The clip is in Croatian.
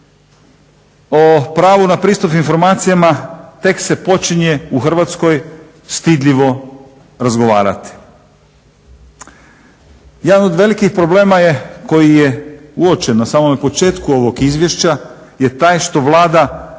o pravu na pristup informacijama tek se počinje u Hrvatskoj stidljivo razgovarati. Jedan od velikih problema koji je uočen na samom početku ovog izvješća je taj što Vlada ne